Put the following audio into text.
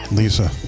lisa